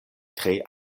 tre